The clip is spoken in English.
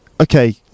okay